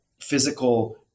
physical